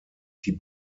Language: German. die